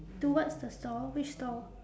towards the store which store